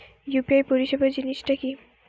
UPI পরিসেবা জিনিসটা কি?